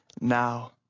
now